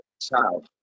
child